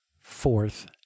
fourth